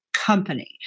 Company